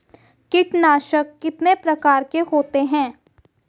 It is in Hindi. कीटनाशक कितने प्रकार के होते हैं?